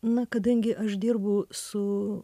na kadangi aš dirbu su